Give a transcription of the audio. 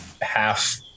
half